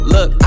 Look